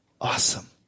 awesome